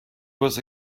was